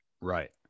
Right